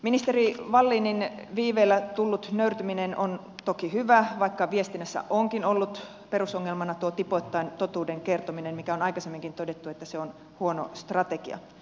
ministeri wallinin viiveellä tullut nöyrtyminen on toki hyvä asia vaikka viestinnässä onkin ollut perusongelmana tuo tipoittain totuuden kertominen mistä on aikaisemminkin todettu että se on huono strategia